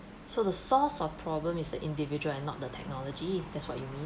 so the source of problem is the individual and not the technology if that's what you mean